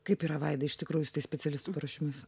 kaip yra vaida iš tikrųjų su tais specialistų paruošimais